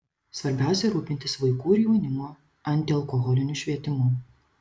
svarbiausia rūpintis vaikų ir jaunimo antialkoholiniu švietimu